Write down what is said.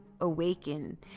awaken